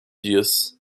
dias